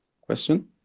question